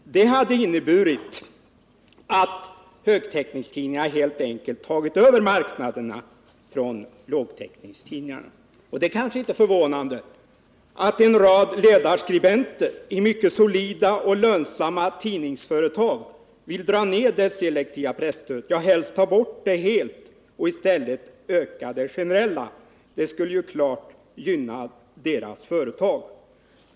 Det hade inneburit att högtäckningstidningarna helt enkelt tagit över marknaderna från lågtäckningstidningarna. Och det är kanske inte förvånande att en rad ledarskribenter i mycket solida och lönsamma tidningsföretag vill dra ned det selektiva presstödet — ja, helst ta bort det helt — och i stället öka det generella stödet. Det skulle ju klart gynna deras företag.